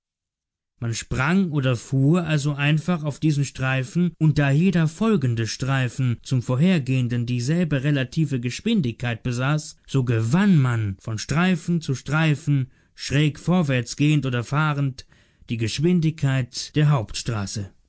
man sprang oder fuhr also einfach auf diesen streifen und da jeder folgende streifen zum vorhergehenden dieselbe relative geschwindigkeit besaß so gewann man von streifen zu streifen schräg vorwärts gehend oder fahrend die geschwindigkeit der